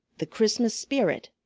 the christmas spirit,